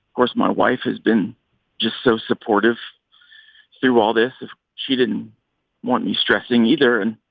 course, my wife has been just so supportive through all this. if she didn't want me stressing either and